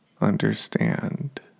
understand